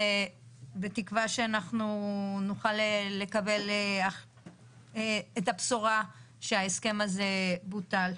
בתקווה שנוכל לקבל את הבשורה שההסכם הזה בוטל.